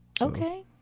Okay